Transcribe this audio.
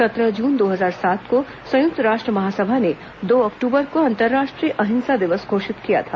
सत्रह जून दो हजार सात को संयुक्त राष्ट्र महासभा ने दो अक्टूबर को अंतर्राष्ट्रीय अहिंसा दिवस घोषित किया था